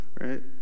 right